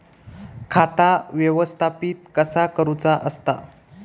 खाता व्यवस्थापित कसा करुचा असता?